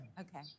Okay